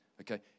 Okay